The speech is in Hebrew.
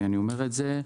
ואני אומר את זה,